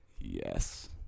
Yes